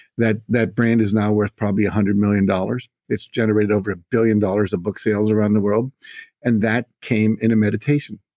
that that brand is now worth probably a one hundred million dollars. it's generated over a billion dollars of book sales around the world and that came in a meditation.